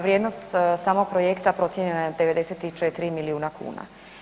Vrijednost samog projekta procijenjena je na 94 milijuna kuna.